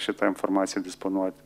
šitą informaciją disponuoti